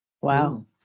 Wow